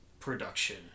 Production